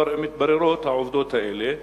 מתבררות העובדות האלה: